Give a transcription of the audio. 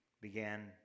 began